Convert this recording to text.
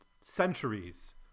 centuries